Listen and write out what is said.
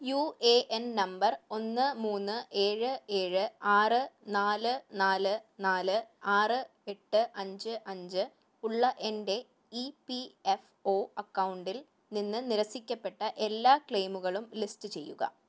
U A N number ഒന്ന് മൂന്ന് ഏഴ് ഏഴ് ആറ് നാല് നാല് നാല് ആറ് എട്ട് അഞ്ച് അഞ്ച് ഉള്ള എന്റെ ഇ പി എഫ് ഒ അക്കൗണ്ടിൽ നിന്ന് നിരസിക്കപ്പെട്ട എല്ലാ ക്ലെയിമുകളും ലിസ്റ്റ് ചെയ്യുക